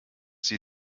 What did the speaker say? sie